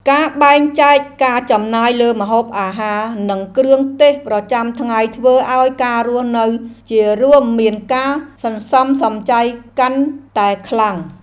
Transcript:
ការបែងចែកការចំណាយលើម្ហូបអាហារនិងគ្រឿងទេសប្រចាំថ្ងៃធ្វើឱ្យការរស់នៅជារួមមានការសន្សំសំចៃកាន់តែខ្លាំង។